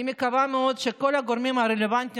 אני מקווה מאוד שכל הגורמים הרלוונטיים